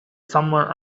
somewhere